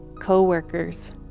co-workers